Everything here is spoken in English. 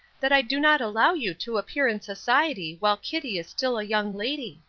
that i do not allow you to appear in society while kitty is still a young lady.